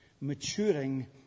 maturing